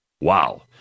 Wow